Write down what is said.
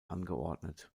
angeordnet